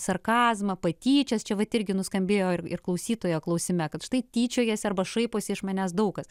sarkazmą patyčias čia vat irgi nuskambėjo ir ir klausytojo klausime kad štai tyčiojasi arba šaiposi iš manęs daug kas